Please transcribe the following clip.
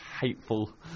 hateful